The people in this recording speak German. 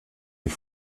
sie